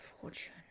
fortune